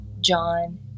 John